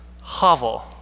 hovel